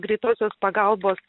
greitosios pagalbos